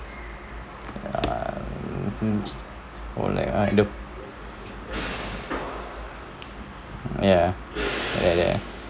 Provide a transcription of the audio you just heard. ya mmhmm oh like uh the ya ya ya